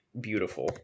beautiful